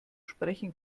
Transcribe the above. sprechen